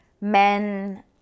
Men